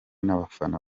n’abafana